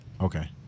Okay